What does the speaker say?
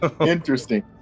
Interesting